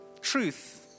truth